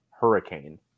hurricane